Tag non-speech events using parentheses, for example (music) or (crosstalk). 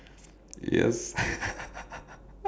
yes (laughs)